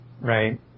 Right